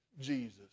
Jesus